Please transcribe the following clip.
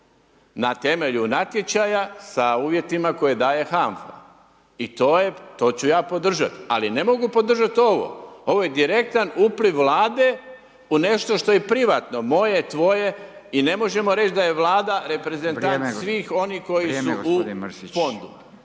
na temelju natječaja sa uvjetima koje daje HANFA i to ću ja podržati ali ne mogu podržati ovo, ovo je direktan upliv Vlade u nešto što je privatno, moje, tvoje, i ne možemo reći da je Vlada reprezentač svih onih koji su u fondu.